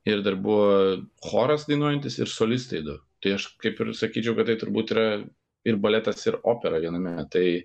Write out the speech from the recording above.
ir dar buvo choras dainuojantis ir solistai du tai aš kaip ir sakyčiau kad tai turbūt yra ir baletas ir opera viename tai